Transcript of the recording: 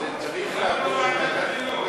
זה צריך לעבור לוועדת,